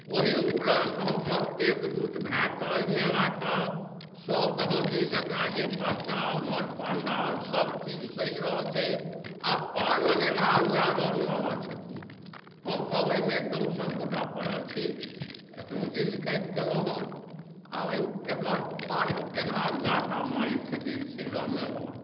ओही उपरान्त हमसभ एकजुट भए कऽ ओहि मेलाके सभ दहँ दिस जकरा जे पर्चा ओम्हर पंडाल सभचीज सजि रहल छै आ पार लगेनहार उएह रामलला छथिन हमसभ एहिमे एकदम सभ गोटाए पड़ल छी एखनो जिल्द काटि कऽ एलहुँ हेँ आब एकर पार केनहार उएह टा मालिक छथिन श्री रामेलला